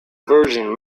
virgin